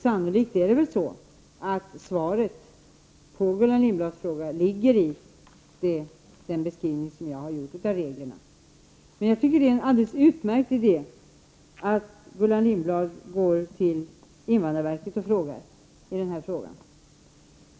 Sannolikt finns svaret på Gullan Lindblads fråga i den beskrivning jag gjort av reglerna. Men det är en alldeles utmärkt idé av Gullan Lindblad att gå till invandrarverket med den här frågan.